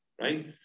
right